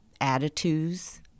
attitudes